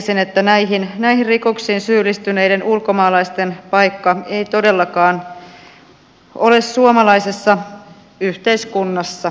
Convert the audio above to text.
näkisin että näihin rikoksiin syyllistyneiden ulkomaalaisten paikka ei todellakaan ole suomalaisessa yhteiskunnassa